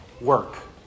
work